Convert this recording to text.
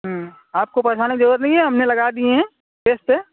ہوں آپ کو پریشان ہونے کی ضرورت نہیں ہے ہم نے لگا دیئے ہیں ٹیسٹ پہ